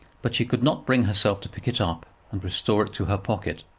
but she could not bring herself to pick it up and restore it to her pocket.